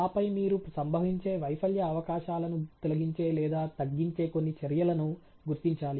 ఆపై మీరు సంభవించే వైఫల్య అవకాశాలను తొలగించే లేదా తగ్గించే కొన్ని చర్యలను గుర్తించాలి